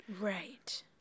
Right